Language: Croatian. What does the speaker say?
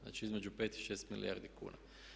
Znači između 5 i 6 milijardi kuna.